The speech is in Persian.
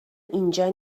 اینجا